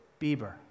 Bieber